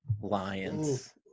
lions